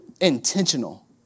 Intentional